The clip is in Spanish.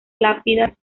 lápidas